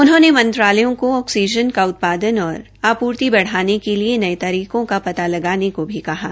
उन्होंने मंत्रालयों को ऑक्सीजन का उत्पादन और आपूर्ति बढ़ाने के लिए नये तरीके का पता लगाने की भी कहा है